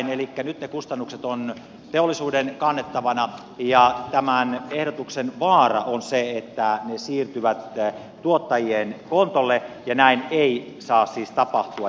elikkä nyt ne kustannukset ovat teollisuuden kannettavina ja tämän ehdotuksen vaara on se että ne siirtyvät tuottajien kontolle ja näin ei saa siis tapahtua